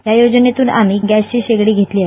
या योजनेतून आम्ही गॅसची शेगडी घेतली आहे